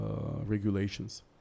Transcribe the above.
regulations